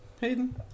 Hayden